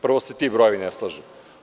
Prvo se ti brojevi ne slažu.